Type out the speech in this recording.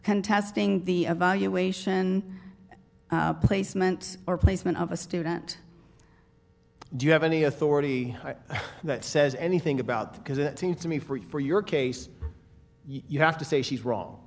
contesting the evaluation placement or placement of a student do you have any authority that says anything about that because it seems to me for your case you have to say she's wrong